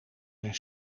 zijn